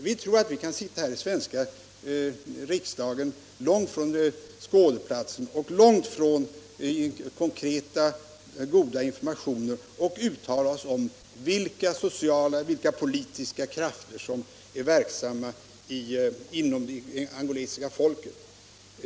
Vi tror att vi kan sitta här i den svenska riksdagen, långt från skådeplatsen och långt från konkreta goda informationer, och uttala oss om vilka sociala och politiska krafter som är verksamma inom det angolanska folket.